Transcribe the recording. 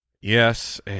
Yes